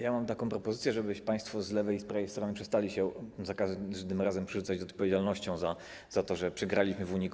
Ja mam taką propozycję, żeby państwo z lewej i z prawej strony przestali się za każdym razem przerzucać odpowiedzialnością za to, że przegraliśmy w Unii